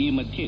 ಈ ಮಧ್ಯೆ